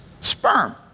sperm